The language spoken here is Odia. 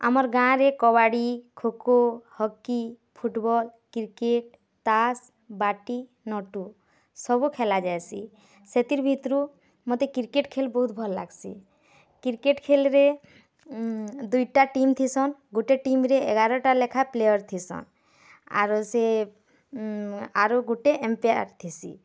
ଆମର୍ ଗାଁରେ kabaddi kho kho hockey football cricket ତାସ୍ ବାଟି ନଟୁ ସବୁ ଖେଲାଯାଏସି ସେଥିର୍ ଭିତରୁ ମତେ କ୍ରିକେଟ୍ ଖେଲ୍ ବହୁତ୍ ଭଲ୍ ଲାଗ୍ସି କ୍ରିକେଟ୍ ଖେଲରେ ଦୁଇଟା ଟିମ୍ ଥିସନ୍ ଗୁଟେ ଟିମ୍ରେ ଏଗାରଟା ଲେଖା ପ୍ଲେୟାର୍ ଥିସନ୍ ଆର୍ ସେଗୁଟେ ଅମ୍ପାୟର୍ ଥିସି